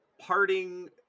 parting